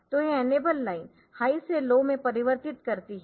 तो यह enable line high से लो में परिवर्तन करती है